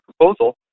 proposal